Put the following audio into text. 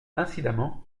incidemment